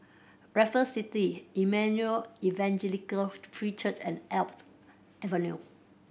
Raffles City Emmanuel Evangelical Free Church and Alps Avenue